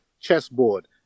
chessboard